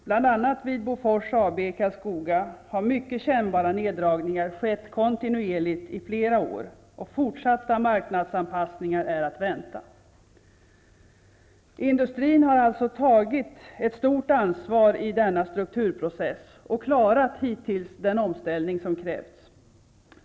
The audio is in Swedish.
Bl.a. vid Bofors AB i Karlskoga har mycket kännbara neddragningar skett kontinuerligt i flera år, och forsatta marknadsanpassningar är att vänta. Industrin har alltså tagit ett stort ansvar i denna strukturprocess och hittills klarat den omställning som krävts.